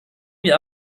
wir